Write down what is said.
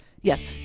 Yes